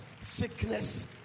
sickness